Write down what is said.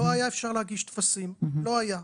אי אפשר היה להגיש טפסים, לא היה.